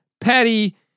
Patty